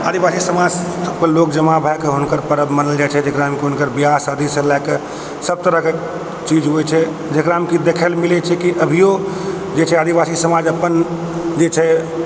आदिवासी समाज के लोग जमा भए कऽ हुनकर पर्व मनायल जाइ छै जेकरा मे हुनकर बियाह शादी सँ लऽ कऽ सब तरह के चीज होइ छै जेकरा मे की देखै लेल मिलै छै की अभियो जे छै आदिवासी समाज अप्पन जे छै